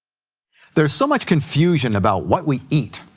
there's so much confusion about what we eat.